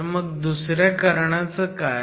तर मग दुसऱ्या कर्णाचं काय